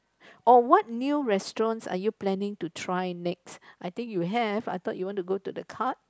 or what new restaurants are you planning to try next I think you have I thought you want to go to the cards